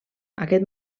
aquest